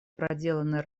проделанной